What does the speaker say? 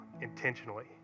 intentionally